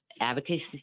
Advocacy